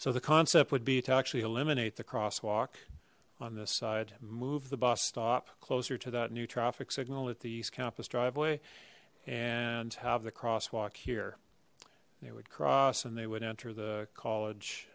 so the concept would be to actually eliminate the crosswalk on this side move the bus stop closer to that new traffic signal at the east campus driveway and have the crosswalk here they would cross and they would enter the college